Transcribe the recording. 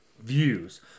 views